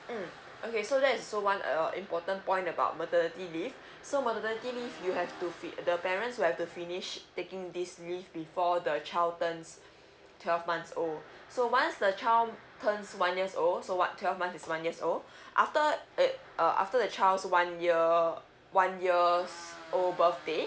mm okay so that's also one uh important point about maternity leave so maternity leave you have to fin~ the parents will have to finish taking this leave before the child turns twelve months old so once the child turns one years old so what twelve months one years old after uh after the child's one year one years or birthday